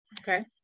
Okay